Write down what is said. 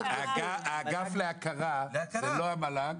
האגף להכרה זה לא המל"ג,